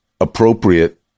appropriate